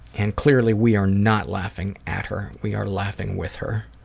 and clearly we are not laughing at her, we are laughing with her,